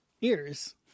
ears